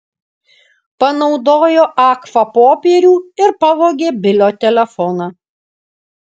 panaudojo agfa popierių ir pavogė bilio telefoną